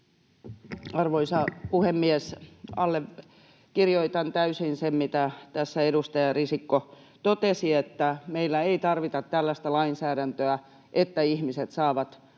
Arvoisa puhemies! Allekirjoitan täysin sen, mitä tässä edustaja Risikko totesi, että meillä ei tarvita tällaista lainsäädäntöä, että ihmiset saavat akuutissa